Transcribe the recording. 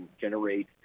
generate